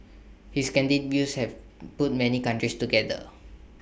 his candid views have put many countries together